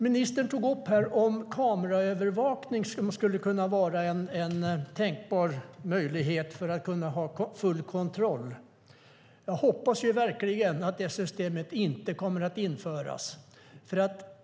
Ministern tog upp att kameraövervakning skulle kunna vara en tänkbar möjlighet för att ha full kontroll. Jag hoppas verkligen att det systemet inte kommer att införas.